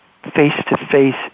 face-to-face